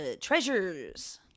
Treasures